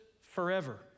forever